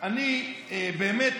אני באמת